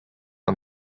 and